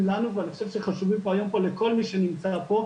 לנו ואני חושב חשובים שהם חברים פה לכל מי שנמצא היום,